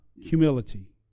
humility